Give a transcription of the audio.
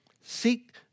Seek